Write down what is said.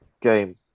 game